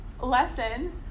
lesson